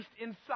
inside